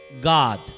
God